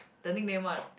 the nickname one